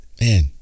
Man